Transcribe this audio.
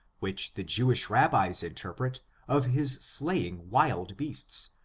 which the jewish rabbis interpret of his slaying wild beasts,